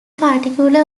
particular